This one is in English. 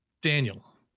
Daniel